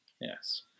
Yes